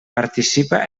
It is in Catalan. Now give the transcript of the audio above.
participa